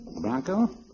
Bronco